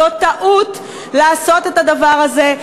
זאת טעות לעשות את הדבר הזה.